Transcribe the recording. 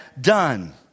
done